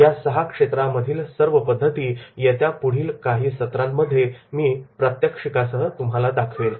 या सहा क्षेत्रांमधील सर्व पद्धती येत्या पुढील काही सत्रांमध्ये मी प्रात्यक्षिकासह दाखवेन